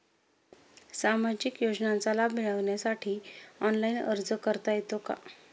सामाजिक योजनांचा लाभ मिळवण्यासाठी ऑनलाइन अर्ज करता येतो का?